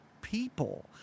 people